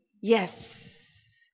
yes